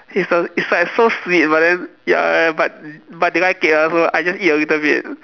it's the it's like so sweet but then ya ya but but they like it lah so I just eat a little bit